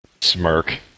Smirk